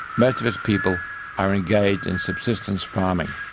most of its people are engaged in subsistence farming.